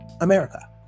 America